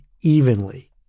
evenly